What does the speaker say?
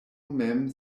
mem